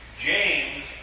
James